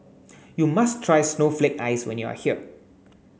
you must try snowflake ice when you are here